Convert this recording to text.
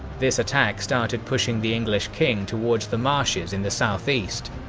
this attack started pushing the english king towards the marshes in the southeast.